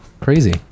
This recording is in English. crazy